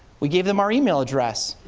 we gave them our email address,